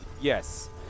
Yes